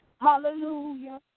Hallelujah